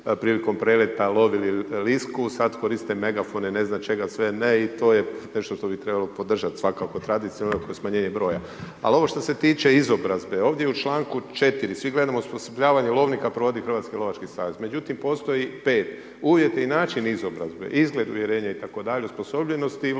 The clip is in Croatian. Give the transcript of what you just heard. prilikom preleta lovili lisku, sada koriste megafone, ne znam čega sve ne i to je nešto što bi trebalo podržati svakako tradicionalno oko smanjenja broja. Ali ovo što se tiče izobrazbe, ovdje u čl.4., svi gledamo osposobljavanje lovnika koji provodi Hrvatski lovački savez. Međutim postoji 5 uvjeti i način izobrazbe, izgled…/Govornik se ne razumije/…osposobljenosti